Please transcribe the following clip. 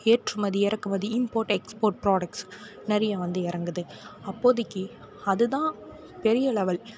ஏற்றுமதி இறக்குமதி import export products நிறையா வந்து இறங்குது அப்போதைக்கி அதுதான் பெரிய லெவல்